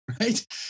right